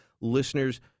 listeners